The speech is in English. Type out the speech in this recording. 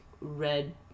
red